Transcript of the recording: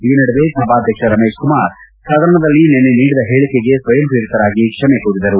ಈ ನಡುವೆ ಸಭಾಧ್ಯಕ್ಷ ರಮೇಶ್ ಕುಮಾರ್ ಸದನದಲ್ಲಿ ನಿನ್ನೆ ನೀಡಿದ ಹೇಳಿಕೆಗೆ ಸ್ವಯಂ ಪ್ರೇರಿತರಾಗಿ ಕ್ಷಮೆ ಕೋರಿದರು